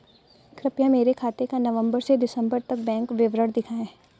कृपया मेरे खाते का नवम्बर से दिसम्बर तक का बैंक विवरण दिखाएं?